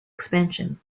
expansion